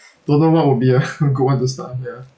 don't know what would be a good one to start ya